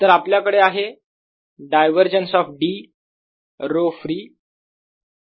तर आपल्याकडे आहे डायवरजन्स ऑफ D - ρfree